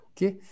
ok